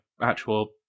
actual